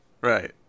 Right